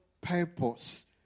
purpose